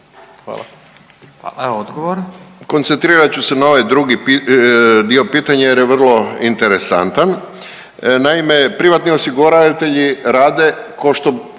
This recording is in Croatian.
Silvano (HSU)** Koncentrirat ću se na ovaj drugi dio pitanja jer je vrlo interesantan. Naime, privatni osiguravatelji rade kao što